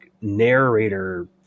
narrator